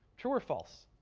true or false?